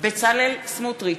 בצלאל סמוטריץ,